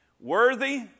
Worthy